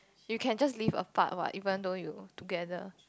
you can just leave apart what even though you together